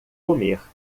comer